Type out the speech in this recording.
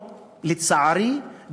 לצערי,